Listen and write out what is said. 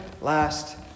last